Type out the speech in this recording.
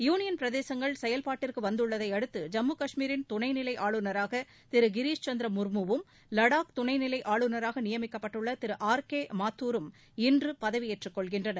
union பிரதேசங்கள் செயல்பாட்டிற்கு வந்துள்ளதையடுத்து ஜம்மு கஷ்மீரின் துணைநிலை ஆளுநராக திரு கிரீஷ் சந்திர முர்மு வும் லடாக் துணைநிலை ஆளுநராக நியமிக்கப்பட்டுள்ள திரு ஆர் கே மாத்தூர் ம் இன்று பதவியேற்றுக் கொள்கின்றனர்